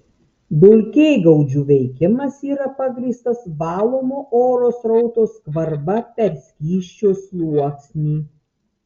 dulkėgaudžių veikimas yra pagrįstas valomo oro srauto skvarba per skysčio sluoksnį